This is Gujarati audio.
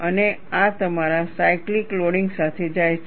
અને આ તમારા સાયકલીક લોડિંગ સાથે જાય છે